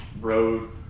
road